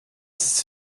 ist